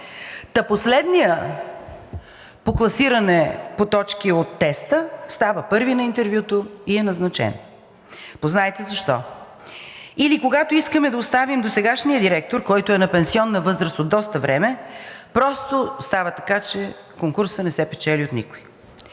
та последният по класиране по точки от теста става първи на интервюто и е назначен. Познайте защо?! Или когато искаме да оставим досегашния директор, който е на пенсионна възраст от доста време, просто става така, че конкурсът не се печели от никого.